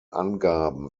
angaben